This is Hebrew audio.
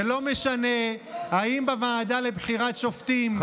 זה לא משנה האם בוועדה לבחירת שופטים יש,